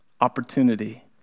opportunity